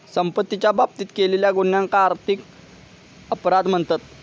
संपत्तीच्या बाबतीत केलेल्या गुन्ह्यांका आर्थिक अपराध म्हणतत